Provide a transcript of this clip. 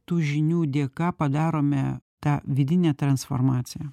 tų žinių dėka padarome tą vidinę transformaciją